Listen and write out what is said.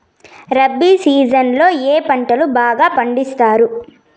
rabi season లో ఏ పంటలు బాగా పండిస్తారు